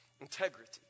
Integrity